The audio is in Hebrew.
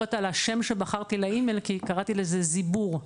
ביקורת על השם שבחרתי לאימייל כי קראתי לזה 'ZIBUR',